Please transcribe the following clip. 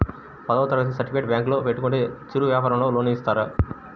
పదవ తరగతి సర్టిఫికేట్ బ్యాంకులో పెట్టుకుంటే చిరు వ్యాపారంకి లోన్ ఇస్తారా?